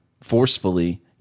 forcefully